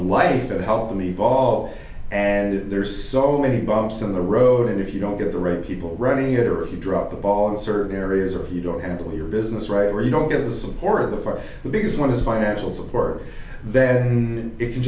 life to help them evolve and there's so many bumps in the road and if you don't get the right people running it or if you drop the ball in certain areas or if you don't handle your business right or you don't get the support of the five biggest one of the financial support then it can